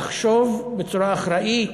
לחשוב בצורה אחראית,